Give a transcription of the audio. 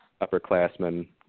upperclassmen